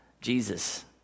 Jesus